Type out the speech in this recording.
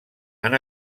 han